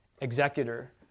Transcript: executor